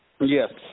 Yes